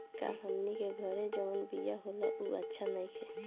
का हमनी के घरे जवन बिया होला उ अच्छा नईखे?